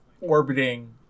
orbiting